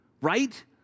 right